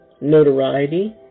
notoriety